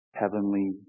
heavenly